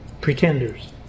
pretenders